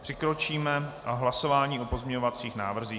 Přikročíme k hlasování o pozměňovacích návrzích.